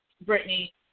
Brittany